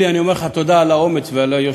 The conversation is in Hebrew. אלי, אני אומר לך תודה על האומץ ועל היושרה.